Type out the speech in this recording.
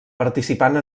participant